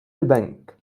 البنك